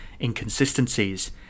inconsistencies